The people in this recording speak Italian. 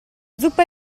zuppa